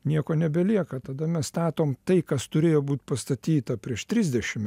nieko nebelieka tada mes statom tai kas turėjo būti pastatyta prieš trisdešim